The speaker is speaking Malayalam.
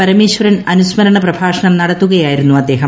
പരമേശ്വരൻ അനുസ്മരണ പ്രഭാഷണം നടത്തുകയായിരുന്നു അദ്ദേഹം